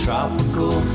Tropical